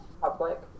public